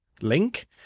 link